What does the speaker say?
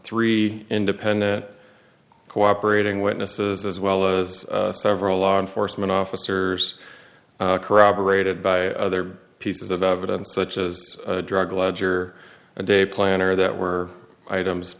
three independent cooperating witnesses as well as several law enforcement officers corroborated by other pieces of evidence such as drug ledger a day planner that were items